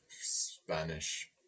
Spanish